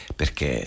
perché